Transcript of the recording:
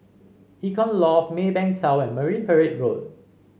Icon Loft Maybank Tower and Marine Parade Road